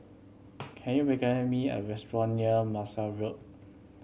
can you recommend me a restaurant near Marshall Road